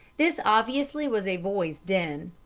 this obviously was a boy's den.